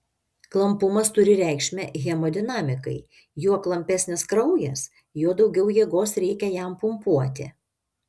klampumas turi reikšmę hemodinamikai juo klampesnis kraujas juo daugiau jėgos reikia jam pumpuoti